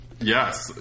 Yes